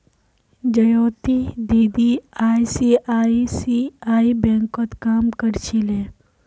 ज्योति दीदी आई.सी.आई.सी.आई बैंकत काम कर छिले